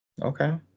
Okay